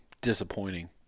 Disappointing